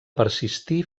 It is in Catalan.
persistir